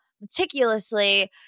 meticulously